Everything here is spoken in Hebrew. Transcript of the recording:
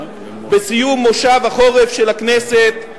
בסיום מושב החורף של הכנסת,